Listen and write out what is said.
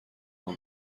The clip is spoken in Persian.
اما